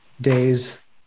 days